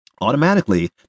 Automatically